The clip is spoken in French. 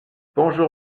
bonjour